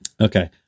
okay